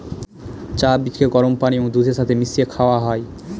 চা বীজকে গরম পানি বা দুধের সাথে মিশিয়ে খাওয়া হয়